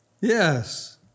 Yes